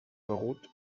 begut